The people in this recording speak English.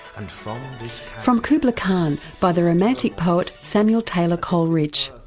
and from from kubla kahn by the romantic poet samuel taylor coleridge.